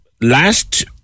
last